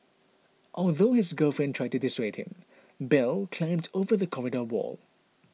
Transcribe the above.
although his girlfriend tried to dissuade him Bell climbed over the corridor wall